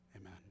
Amen